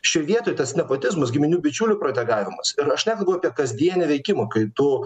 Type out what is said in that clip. šioj vietoj tas nepotizmas giminių bičiulių protegavimas ir aš nekalbu apie kasdienį veikimą kai tu